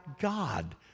God